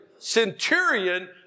centurion